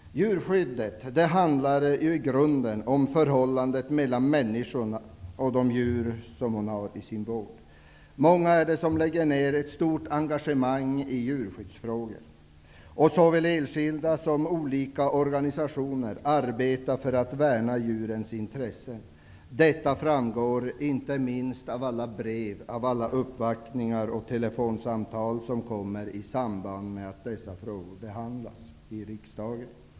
Djurskyddet handlar i grunden om förhållandet mellan människan och de djur som hon har i sin vård. Många är de som lägger ned ett stort engagemang i djurskyddsfrågor. Såväl enskilda som olika organisationer arbetar för att värna djurens intressen. Detta framgår inte minst av alla brev, uppvaktningar och telefonsamtal i samband med att dessa frågor behandlas i riksdagen.